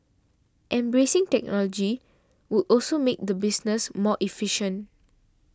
embracing technology would also make the business more efficient